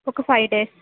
ఒక five days